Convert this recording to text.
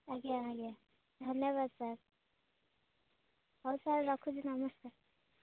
ଆଜ୍ଞା ଆଜ୍ଞା ଧନ୍ୟବାଦ ସାର୍ ହଉ ସାର୍ ରଖୁଛି ନମସ୍କାର